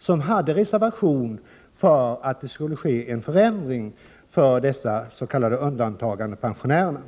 som hade reserverat sig för att det skulle ske en förändring för de s.k. undantagandepensionärerna.